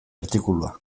artikulua